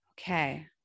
Okay